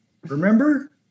Remember